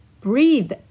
Breathe